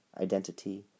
identity